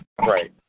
right